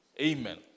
Amen